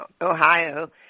Ohio